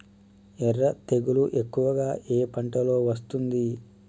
ఎర్ర తెగులు ఎక్కువగా ఏ పంటలో వస్తుంది?